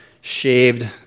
shaved